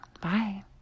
Bye